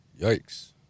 Yikes